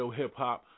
hip-hop